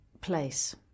place